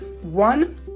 One